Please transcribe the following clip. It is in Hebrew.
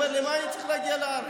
הוא אומר: למה אני צריך להגיע לארץ?